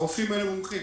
הרופאים האלה מומחים.